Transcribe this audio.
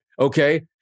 Okay